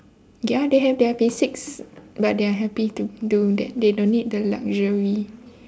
ya they have they have basics but they are happy to do that they don't need the luxury